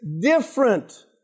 different